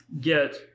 get